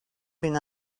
been